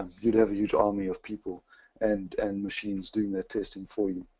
you would have a huge army of people and and machines doing their testing for you.